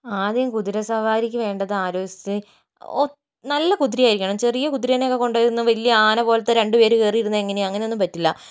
ആദ്യം കുതിര സവാരിക്ക് വേണ്ടത് ആരോഗ്യ സ്ഥിതി ഓ നല്ല കുതിരയായിരിക്കണം ചെറിയ കുതിരനെ കൊണ്ടൊന്നും വലിയ ആനപോലത്തെ രണ്ട് പേര് കയറിയിരുന്നാൽ എങ്ങനെയാണ് അങ്ങനെയൊന്നും പറ്റില്ല